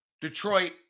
Detroit